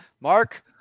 mark